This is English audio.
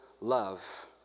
love